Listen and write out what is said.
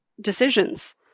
decisions